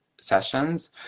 sessions